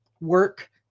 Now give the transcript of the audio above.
work